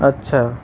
আচ্ছা